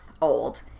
old